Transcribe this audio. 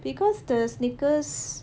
because the sneakers